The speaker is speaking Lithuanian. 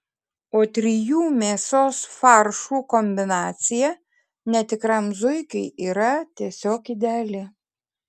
o trijų mėsos faršų kombinacija netikram zuikiui yra tiesiog ideali